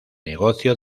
negocio